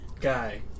guy